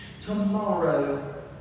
Tomorrow